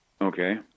Okay